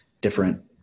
different